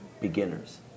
beginners